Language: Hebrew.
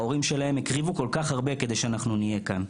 ההורים שלהם הקריבו כל כך הרבה כדי שאנחנו נהיה כאן,